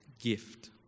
gift